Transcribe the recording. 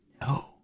No